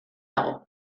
dago